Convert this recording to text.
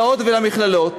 איפה המשטרה הצבאית?